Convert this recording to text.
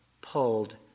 pulled